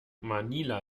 manila